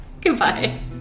Goodbye